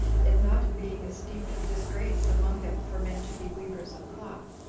it not being esteemed disgrace among them for men to be weavers of cloth.